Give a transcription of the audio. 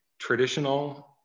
traditional